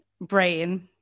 brain